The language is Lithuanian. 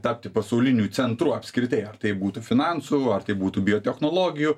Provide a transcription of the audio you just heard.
tapti pasauliniu centru apskritai ar tai būtų finansų ar tai būtų biotechnologijų